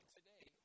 today